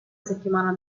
settimana